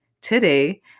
today